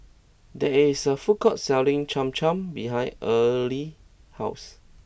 there is a food court selling Cham Cham behind Early's house